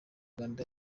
rwanda